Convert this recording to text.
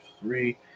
three